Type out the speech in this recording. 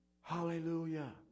Hallelujah